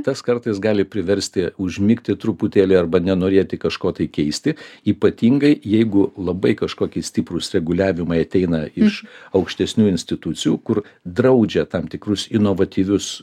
tas kartais gali priversti užmigti truputėlį arba nenorėti kažko tai keisti ypatingai jeigu labai kažkokie stiprūs reguliavimai ateina iš aukštesnių institucijų kur draudžia tam tikrus inovatyvius